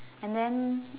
and then